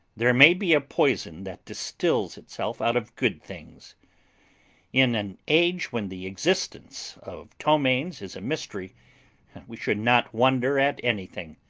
there may be a poison that distils itself out of good things in an age when the existence of ptomaines is a mystery we should not wonder at anything!